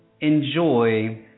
enjoy